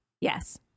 Yes